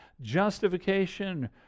justification